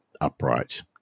upright